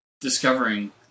discovering